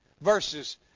verses